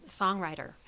songwriter